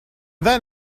then